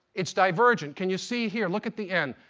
it's divergent. can you see here? look at the end.